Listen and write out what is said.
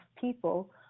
people